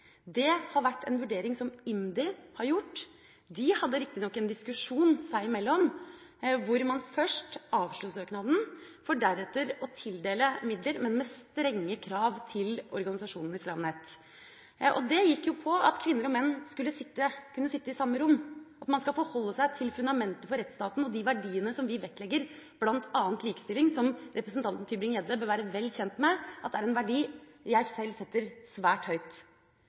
en vurdering IMDi har gjort. De hadde riktignok en diskusjon seg i mellom, hvor de først avslo søknaden for deretter å tildele midler – men med strenge krav – til organisasjonen Islam Net. Det gikk på at kvinner og menn kunne sitte i samme rom, og at man skal forholde seg til fundamentet for rettsstaten og de verdiene vi vektlegger, bl.a. likestilling. Representanten Tybring-Gjedde bør være vel kjent med at det er en verdi jeg sjøl setter svært høyt,